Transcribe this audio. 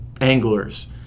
anglers